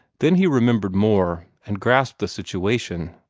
then he remembered more, and grasped the situation.